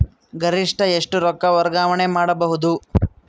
ಗರಿಷ್ಠ ಎಷ್ಟು ರೊಕ್ಕ ವರ್ಗಾವಣೆ ಮಾಡಬಹುದು?